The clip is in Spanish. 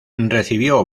recibió